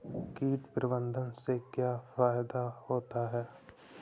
कीट प्रबंधन से क्या फायदा होता है?